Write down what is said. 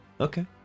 Okay